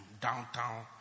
downtown